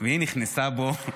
והיא נכנסה בו.